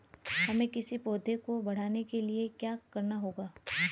हमें किसी पौधे को बढ़ाने के लिये क्या करना होगा?